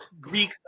Greek